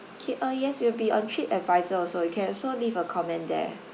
okay uh yes we'll be on tripadvisor also you can also leave a comment there